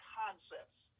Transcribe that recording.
concepts